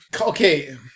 Okay